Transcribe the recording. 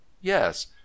yes